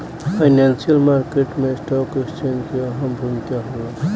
financial market में stock exchange के अहम भूमिका होला